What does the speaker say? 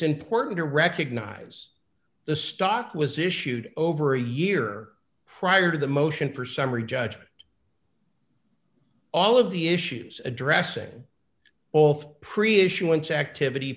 important to recognize the stock was issued over a year prior to the motion for summary judgment all of the issues addressing a